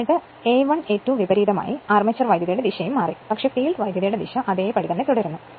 ആ സാഹചര്യത്തിൽ A1 A2 വിപരീതമായി അർമേച്ചർ വൈദ്യുതിയുടെ ദിശ മാറി പക്ഷേ ഫീൽഡ് വൈദ്യുതിയുടെ ദിശ അതേപടി തുടരുന്നു